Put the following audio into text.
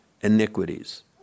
iniquities